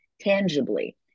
tangibly